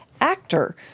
actor